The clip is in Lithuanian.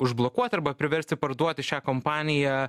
užblokuoti arba priversti parduoti šią kompaniją